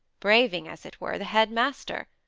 braving, as it were, the head-master!